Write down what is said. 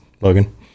logan